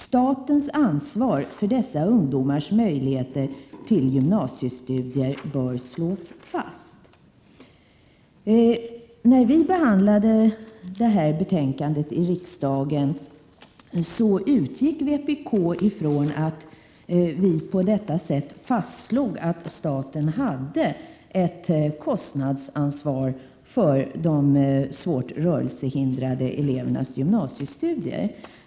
Statens ansvar för dessa ungdomars möjligheter till gymnasiestudier bör slås fast.” När detta betänkande behandlades i kammaren utgick vpk från att riksdagen i och med detta fastslog att staten hade ett kostnadsansvar för de svårt rörelsehindrade elevernas gymnasiestudier.